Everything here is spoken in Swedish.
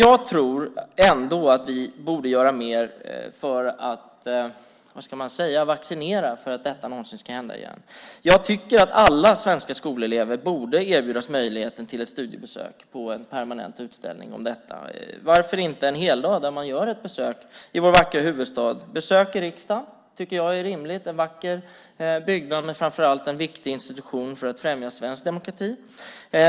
Jag tror ändå att vi borde göra mer för att vaccinera mot att detta någonsin händer igen. Jag tycker att alla svenska skolelever borde erbjudas möjligheten till ett studiebesök på en permanent utställning om detta. Varför inte en heldag i vår vackra huvudstad där man besöker riksdagen - det tycker jag är rimligt. Det är en vacker byggnad men framför allt en viktig institution för att främja svensk demokrati.